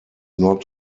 not